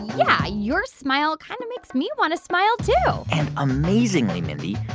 yeah, your smile kind of makes me want to smile, too and amazingly, mindy,